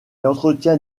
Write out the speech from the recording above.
entretient